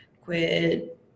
quit